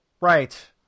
right